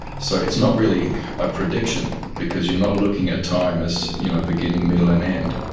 so it's not really a prediction because you're not looking at time as you know beginning, middle and end,